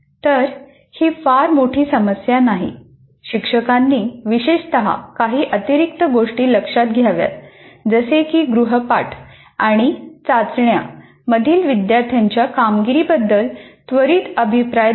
तर ही फार मोठी समस्या नाही शिक्षकांनी विशेषत काही अतिरिक्त गोष्टी लक्षात घ्याव्यात जसे की गृहपाठ आणि चाचण्या मधील विद्यार्थ्यांच्या कामगिरीबद्दल त्वरित अभिप्राय देणे